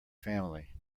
family